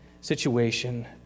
situation